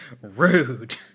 Rude